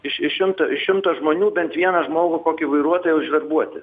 iš iš šimto iš šimto žmonių bent vieną žmogų kokį vairuotoją užverbuoti